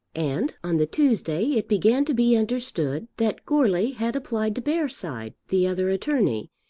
and on the tuesday it began to be understood that goarly had applied to bearside, the other attorney,